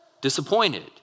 disappointed